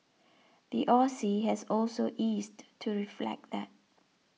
the Aussie has also eased to reflect that